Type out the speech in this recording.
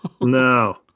No